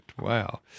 Wow